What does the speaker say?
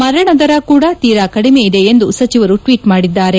ಮರಣ ದರ ಕೂಡ ತೀರಾ ಕಡಿಮೆ ಇದೆ ಎಂದು ಸಚಿವರು ಟ್ವೀಟ್ ಮಾಡಿದ್ದಾರೆ